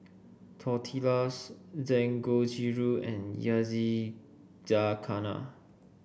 Tortillas Dangojiru and Yakizakana